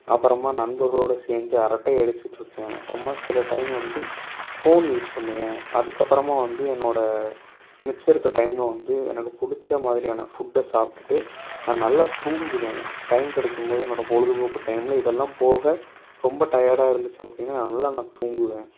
அப்புறமா நண்பர்களோடு சேர்ந்து அரட்டை அடிச்சிட்டிருப்பேன் அப்புறமா சில டைம்மு வந்து ஃபோன் யூஸ் பண்ணுவேன் அதுக்கப்புறமா வந்து என்னோடய மிச்ச இருக்கற டைமில் வந்து எனக்கு பிடிச்ச மாதிரியான ஃபுட்டை சாப்பிட்டுட்டு நான் நல்லா தூங்குவேன் டைம் கெடைக்கும்போது என்னோடய பொழுதுபோக்கு டைமில் இதெல்லாம் போக ரொம்ப டயர்டாக இருந்துச்சு அப்படின்னா நல்லா நான் தூங்குவேன்